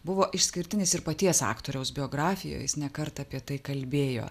buvo išskirtinis ir paties aktoriaus biografijoj jis ne kartą apie tai kalbėjo